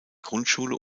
grundschule